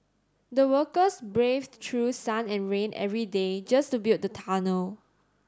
the workers braved through sun and rain every day just to build the tunnel